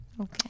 okay